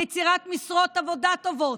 ליצירת משרות עבודה טובות,